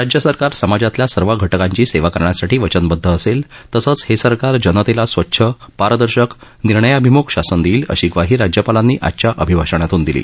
राज्य सरकार समाजातल्या सर्व घटकांची सेवा करण्यासाठी वचनबद्ध असेल तसंच हे सरकार जनतेला स्वच्छ पारदर्शक निर्णयाभिमुख शासन देईल अशी ग्वाही राज्यपालांनी आजच्या अभिभाषाणातून दिली